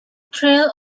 trail